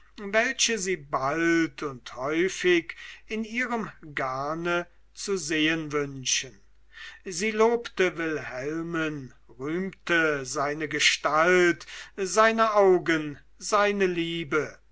welche sie bald und häufig in ihrem garne zu sehen wünschen sie lobte wilhelmen rühmte seine gestalt seine augen seine liebe